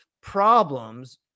problems